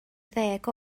ddeg